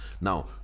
Now